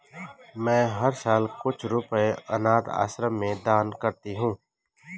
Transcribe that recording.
मैं हर साल कुछ रुपए अनाथ आश्रम में दान करती हूँ